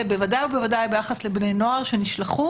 ובוודאי ובוודאי ביחס לבני נוער שנשלחו